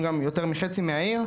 שהיום זה כבר חצי עיר,